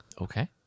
Okay